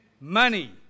money